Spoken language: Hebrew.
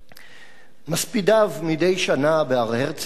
מספידיו מדי שנה בהר-הרצל ובבית הזה